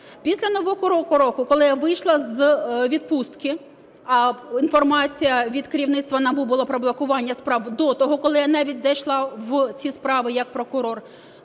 Після нового року, коли я вийшла з відпустки, інформація від керівництва НАБУ була про блокування справ до того, коли я навіть зайшла в ці справи як прокурор.